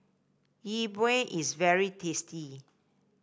Yi Bua is very tasty